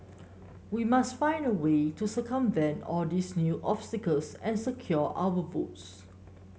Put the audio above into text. we must find a way to circumvent all these new obstacles and secure our votes